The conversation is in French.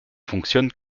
fonctionne